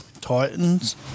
Titans